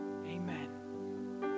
Amen